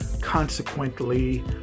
consequently